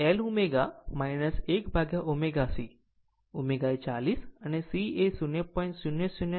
આમ એL ω 1ω C ω એ 40 અને C એ 0